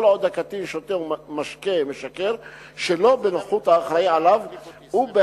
כל עוד הקטין שותה משקה משכר שלא בנוכחות האחראי לו ובהסכמתו,